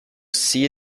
see